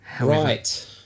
Right